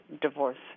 divorce